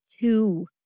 Two